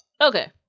Okay